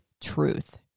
truth